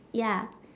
ya